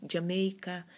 Jamaica